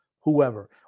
whoever